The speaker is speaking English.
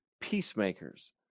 peacemakers